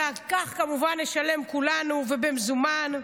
ועל כך כמובן נשלם כולנו ובמזומן.